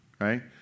right